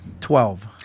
Twelve